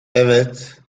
evet